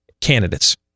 candidates